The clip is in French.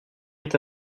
est